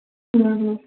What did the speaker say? हां